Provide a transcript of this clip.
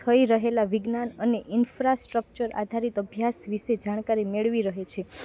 થઈ રહેલા વિજ્ઞાન અને ઇન્ફ્રાસ્ટ્રકચર આધારિત અભ્યાસ વિષે જાણકારી મળી રહે છે